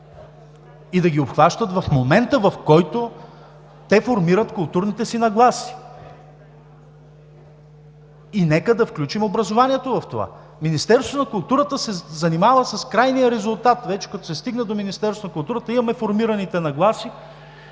и да ги обхващат в момента, в който те формират културните си нагласи. Нека да включим образованието в това. Министерството на културата се занимава с крайния резултат и вече като се стигне до Министерството на културата имаме формираните нагласи,